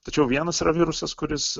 tačiau vienas yra virusas kuris